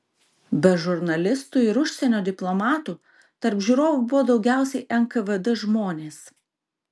be žurnalistų ir užsienio diplomatų tarp žiūrovų buvo daugiausiai nkvd žmonės